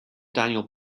daniel